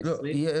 120,000. לא,